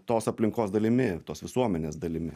tos aplinkos dalimi tos visuomenės dalimi